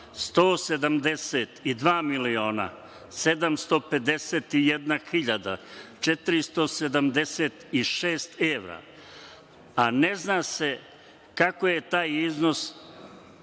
172 miliona 751 hiljada 476 evra, a ne zna se kako je taj iznos